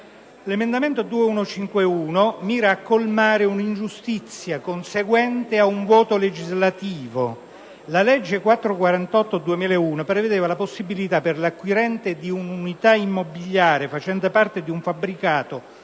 L'emendamento 2.151 mira a colmare un'ingiustizia conseguente ad un vuoto legislativo. La legge n. 448 del 2001 prevedeva la possibilità per l'acquirente di un'unità immobiliare facente parte di un fabbricato,